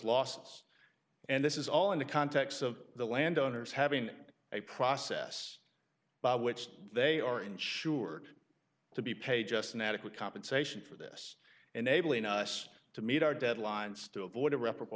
losses and this is all in the context of the landowners having a process by which they are insured to be paid just an adequate compensation for this enabling us to meet our deadlines to avoid irreparable